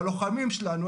והלוחמים שלנו,